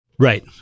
Right